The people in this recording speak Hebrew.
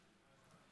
עניים.